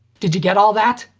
did you get all of that?